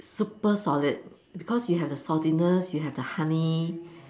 super solid because you have the saltiness you have the honey